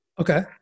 Okay